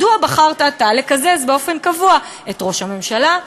מדוע בחרת אתה לקזז באופן קבוע את ראש הממשלה,